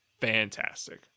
fantastic